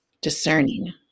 discerning